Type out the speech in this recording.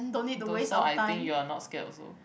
also I think you are not scared also